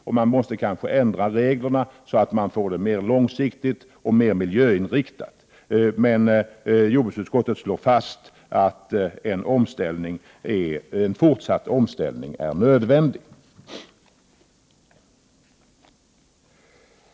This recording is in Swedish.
Reglerna behöver kanske ändras så att omställningen blir mer långsiktig och miljöinriktad, men jordbruksutskottet slår fast att en fortsatt omställning är nödvändig.